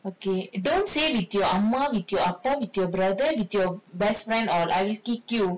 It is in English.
okay don't say with your அம்மா:amma with your அப்பா:appa with your brother with your best friend or I will kick you